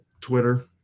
Twitter